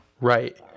Right